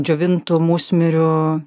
džiovintų musmirių